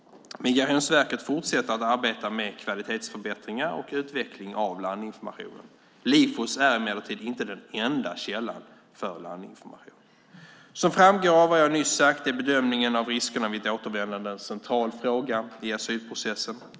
Migrationsverket fortsätter att arbeta med kvalitetsförbättringar och utveckling av landinformationen. Lifos är emellertid inte den enda källan för landinformation. Som framgår av vad jag nyss sagt är bedömningen av riskerna vid ett återvändande en central fråga i asylprocessen.